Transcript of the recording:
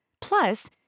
Plus